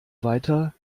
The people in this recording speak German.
weiter